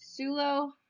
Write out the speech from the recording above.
Sulo